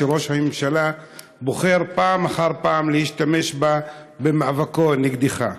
שראש הממשלה בוחר פעם אחר פעם להשתמש בה במאבקו נגדך.